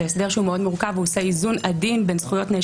זה הסדר שהוא מאוד מורכב והוא עושה איזון עדין בין זכויות נאשמים.